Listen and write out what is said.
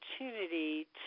opportunity